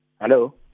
Hello